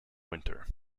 winter